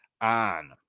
on